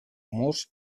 murs